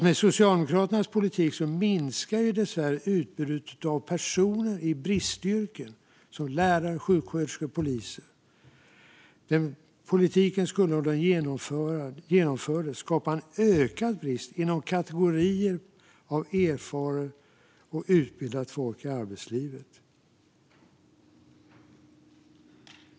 Med Socialdemokraternas politik minskar dessvärre utbudet av personer i bristyrken, som lärare, sjuksköterskor och poliser. Deras politik skulle om den genomfördes skapa en ökad brist inom kategorier av erfaret och utbildat folk i arbetslivet.